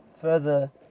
further